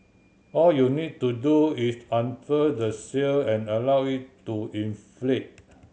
all you need to do is unfurl the sail and allow it to inflate